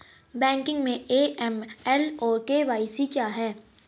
Banking में AML और KYC क्या हैं?